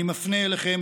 אני מפנה אליכם,